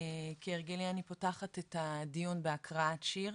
כהרגלי אני פותחת את הדיון בהקראת שיר